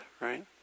right